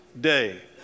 day